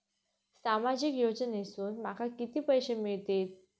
सामाजिक योजनेसून माका किती पैशे मिळतीत?